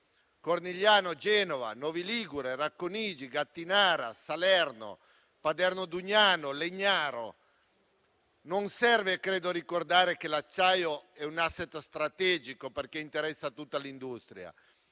Cornigliano, Genova, Novi Ligure, Racconigi, Gattinara, Salerno, Paderno Dugnano, Legnaro. Credo non serva ricordare che l'acciaio è un *asset* strategico perché interessa tutta l'industria.